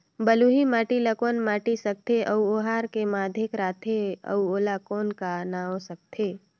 बलुही माटी ला कौन माटी सकथे अउ ओहार के माधेक राथे अउ ओला कौन का नाव सकथे?